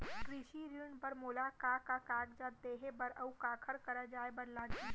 कृषि ऋण बर मोला का का कागजात देहे बर, अऊ काखर करा जाए बर लागही?